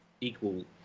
equal